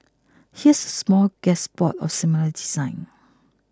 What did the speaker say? here's a smorgasbord of similar designs